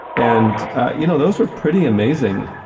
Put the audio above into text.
and you know, those were pretty amazing,